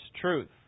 truth